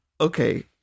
okay